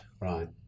Right